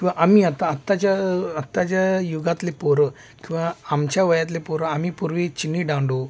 किंवा आम्ही आता आत्ताच्या आत्ताच्या युगातले पोरं किंवा आमच्या वयातले पोरं आम्ही पूर्वी चिनी दांडू